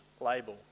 label